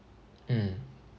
mm